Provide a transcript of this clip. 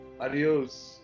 adios